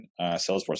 Salesforce